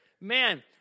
Man